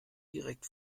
direkt